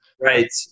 Right